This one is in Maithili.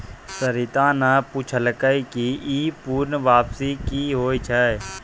सरिता पुछलकै ई पूर्ण वापसी कि होय छै?